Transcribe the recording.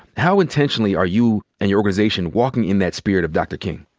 how intentionally are you and your organization walking in that spirit of dr. king?